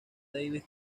davis